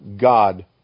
God